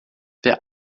wer